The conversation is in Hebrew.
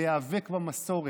להיאבק במסורת.